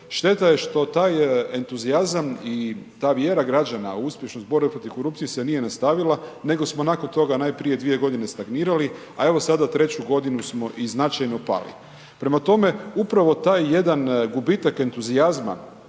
šteta je što taj entuzijazam i ta vjera građana u uspješnost borbe protiv korupcije se nije nastavila nego smo nakon toga najprije 2 godine stagnirali a evo sada treću godinu smo i značajno pali. Prema tome, upravo taj jedan gubitak entuzijazma,